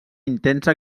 intensa